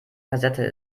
kassette